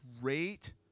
great